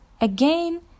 Again